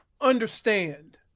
understand